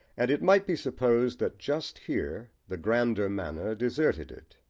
and it might be supposed that just here the grander manner deserted it.